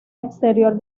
exterior